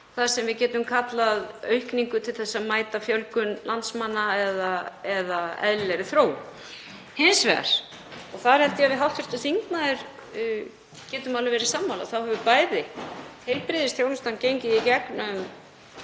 það sem við getum kallað aukningu til að mæta fjölgun landsmanna eða eðlilegri þróun. Hins vegar, og þar held ég að við hv. þingmaður getum alveg verið sammála, þá hefur heilbrigðisþjónustan gengið í gegnum